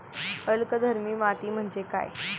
अल्कधर्मी माती म्हणजे काय?